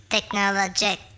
Technologic